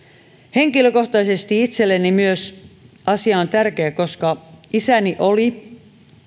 henkilökohtaisesti myös itselleni asia on tärkeä koska isäni oli